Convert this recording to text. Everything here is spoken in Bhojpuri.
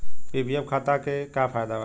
पी.पी.एफ खाता के का फायदा बा?